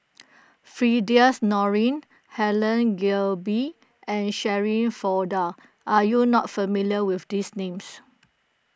Firdaus Nordin Helen Gilbey and Shirin Fozdar are you not familiar with these names